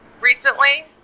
Recently